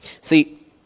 See